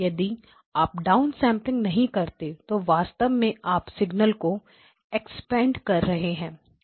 यदि आप डाउनसेंपल नहीं करते तो वास्तव में आप सिग्नल को एक्सपेंड कर रहे हैं